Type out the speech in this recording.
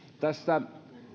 tässä